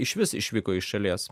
išvis išvyko iš šalies